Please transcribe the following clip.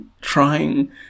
trying